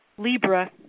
Libra